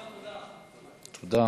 לא, תודה.